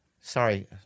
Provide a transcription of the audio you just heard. Sorry